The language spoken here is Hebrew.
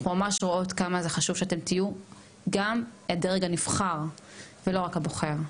אנחנו ממש רואות כמה זה חשוב שאתן תהיו גם הדרג הנבחר ולא רק הבוקר.